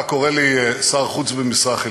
אתה קורא לי "שר חוץ במשרה חלקית"